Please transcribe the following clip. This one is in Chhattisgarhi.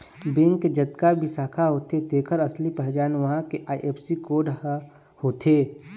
बेंक के जतका भी शाखा होथे तेखर असली पहचान उहां के आई.एफ.एस.सी कोड ह होथे